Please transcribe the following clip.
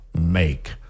make